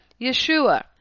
Yeshua